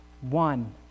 one